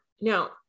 now